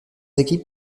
équipes